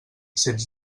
sens